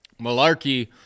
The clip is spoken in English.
Malarkey